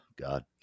god